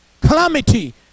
Calamity